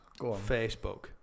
Facebook